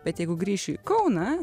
bet jeigu grįšu į kauną